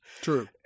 True